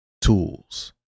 tools